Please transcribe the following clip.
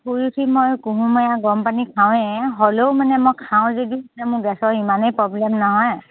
শুই উঠি মই কুহুমীয়া গৰম পানী খাওঁৱে হ'লেও মানে মই খাওঁ যদি মোৰ গেছৰ ইমানেই প্ৰব্লেম নহয়